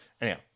Anyhow